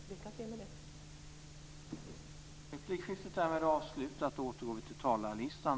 Lycka till med det!